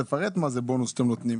תפרט בבקשה.